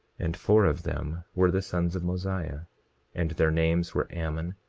and four of them were the sons of mosiah and their names were ammon,